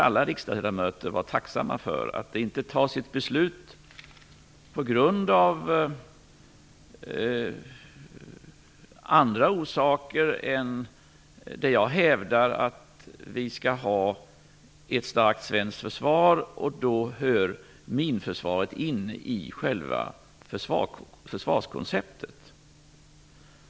Alla riksdagsledamöter borde vara tacksamma för att det inte fattas beslut på grundval av andra orsaker än dem jag hävdar, att vi skall ha ett starkt svenskt försvar. Minförsvaret är en del av själva försvarskonceptet.